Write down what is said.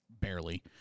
Barely